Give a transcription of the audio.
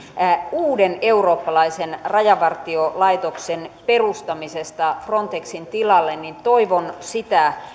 uuden eurooppalaisen rajavartiolaitoksen perustamisesta frontexin tilalle niin toivon